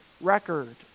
record